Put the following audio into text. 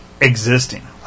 existing